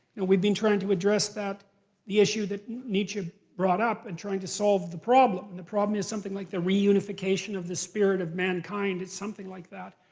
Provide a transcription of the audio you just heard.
we've been trying to address the issue that nietzsche brought up and trying to solve the problem. and the problem is something like the reunification of the spirit of mankind, it's something like that.